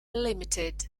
ltd